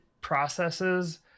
processes